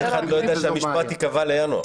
אף אחד לא ידע שהמשפט ייקבע לינואר.